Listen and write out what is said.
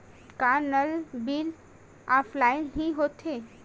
का नल bill offline हि होथे?